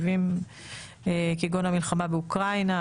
כגון המלחמה באוקראינה,